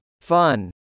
Fun